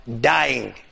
dying